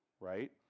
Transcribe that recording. right